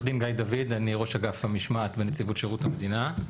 אני ראש אגף המשמעת בנציבות שירות המדינה.